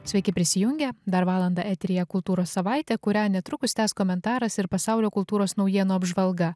sveiki prisijungę dar valandą eteryje kultūros savaitė kurią netrukus tęs komentaras ir pasaulio kultūros naujienų apžvalga